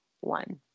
one